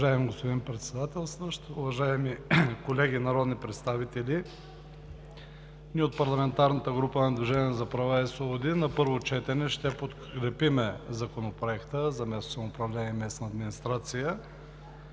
Уважаеми господин Председател, уважаеми колеги народни представители! Ние от парламентарната група на „Движението за права и свободи“ на първо четене ще подкрепим Законопроекта за местното самоуправление и местната администрация.